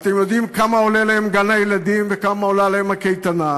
ואתם יודעים כמה עולה להם גן-הילדים וכמה עולה להם הקייטנה.